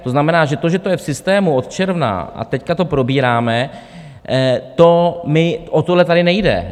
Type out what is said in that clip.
To znamená, že to, že to je v systému od června a teď to probíráme, o tohle tady nejde.